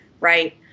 right